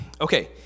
okay